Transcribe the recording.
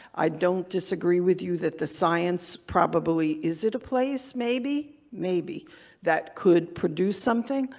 i don't disagree with you that the science probably is at a place, maybe, maybe that could produce something,